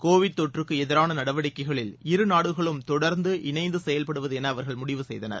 Covid தொற்றுக்கு எதிரான நடவடிக்கைகளில் இரு நாடுகளும் தொடர்ந்து இணைந்து செயல்படுவது என அவர்கள் முடிவு செய்தனர்